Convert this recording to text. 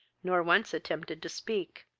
nor once attempted to speak.